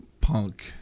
punk